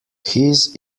his